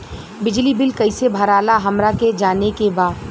बिजली बिल कईसे भराला हमरा के जाने के बा?